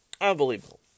Unbelievable